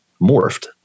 morphed